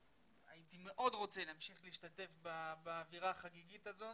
הייתי מאוד רוצה להמשיך להשתתף באווירה החגיגית הזו,